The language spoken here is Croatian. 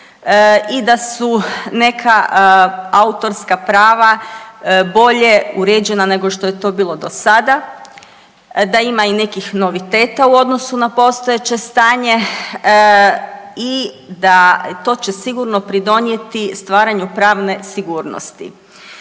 i da su neka autorska prava bolje uređena nego što je to bilo do sada, da ima i nekih noviteta u odnosu na postojeće stanje i da to će sigurno pridonijeti stvaranju pravne sigurnosti.